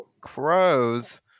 crows